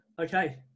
okay